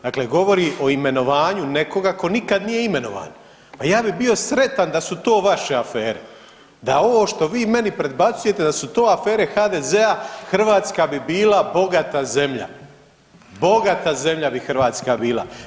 Dakle govori o imenovanju nekoga tko nikad nije imenovan, pa ja bi bio sretan da su to vaše afere, da ovo što vi meni predbacujete da su to afere HDZ-a Hrvatska bi bila bogata zemlja, bogata zemlja bi Hrvatska bila.